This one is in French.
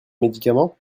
médicaments